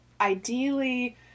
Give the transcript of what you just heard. ideally